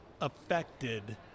affected